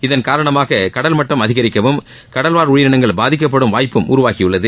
இதன் காரணமாக கடல் மட்டம் அதிகரிக்கவும் கடல்வாழ் உயிரிளங்கள் பாதிக்கப்படும் வாய்ப்பும் உருவாகியுள்ளது